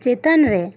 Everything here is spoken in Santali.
ᱪᱮᱛᱟᱱ ᱨᱮ